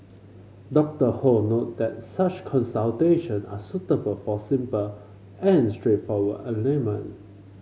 Doctor Ho noted that such consultation are suitable for simple and straightforward ailment